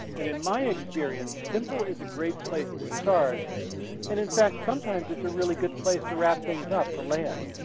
and in my experience simple is a great place to start and in fact sometimes it's a really good place to wrap things up, to land.